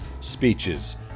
speeches